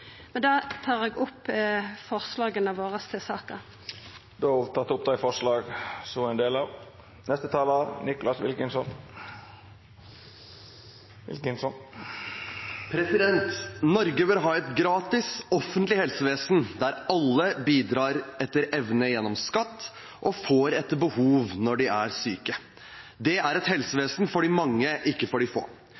tar eg opp forslaga våre i saka. Representanten Kjersti Toppe har teke opp dei forslaga ho refererte til. Norge bør ha et gratis, offentlig helsevesen der alle bidrar etter evne gjennom skatt og får etter behov når de er syke. Det er et